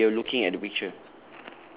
the one that we are looking at the picture